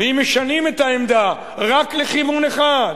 ואם משנים את העמדה רק לכיוון אחד,